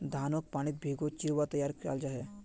धानक पानीत भिगे चिवड़ा तैयार कराल जा छे